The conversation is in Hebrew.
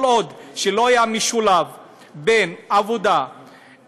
כל עוד זה לא יהיה שילוב בין עבודה להכנסה